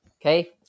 Okay